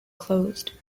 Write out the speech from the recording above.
closed